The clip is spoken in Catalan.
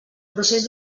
procés